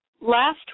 Last